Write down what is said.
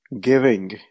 giving